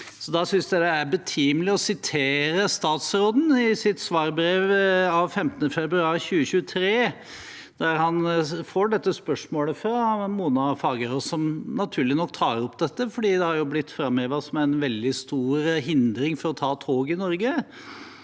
Da synes jeg det er betimelig å sitere statsråden som i sitt svarbrev 15. februar 2023 svarer på dette spørsmålet fra Mona Fagerås, som naturlig nok tar opp dette, for det har blitt framhevet som en veldig stor hindring for å ta tog i Norge.